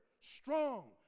strong